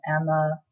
Emma